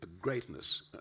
greatness